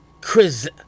Chris